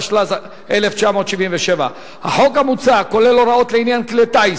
התשל"ז 1977. החוק המוצע כולל הוראות לעניין כלי טיס,